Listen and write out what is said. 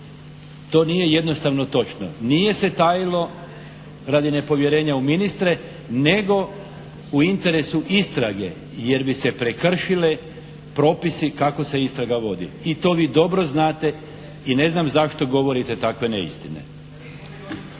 To nije jednostavno točno. Nije se tajilo radi nepovjerenja u ministre nego u interesu istrage, jer bi se prekršile propisi kako se istraga vodi i to vi dobro znate i ne znam zašto govorite takve neistine.